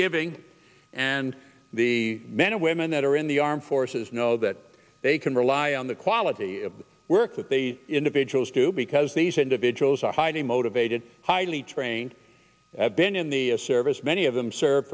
giving and the men and women that are in the armed forces know that they can rely on the quality of work that the individuals do because these individuals are hiding motivated highly trained have been in the service many of them served